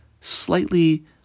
slightly